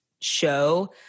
show